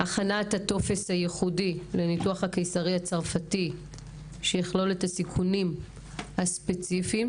הכנת הטופס הייחודי לניתוח הקיסרי הצרפתי שיכלול את הסיכונים הספציפיים,